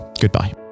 Goodbye